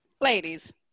Ladies